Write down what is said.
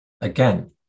again